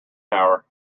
tower